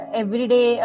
everyday